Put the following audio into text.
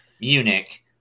Munich